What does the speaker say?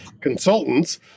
consultants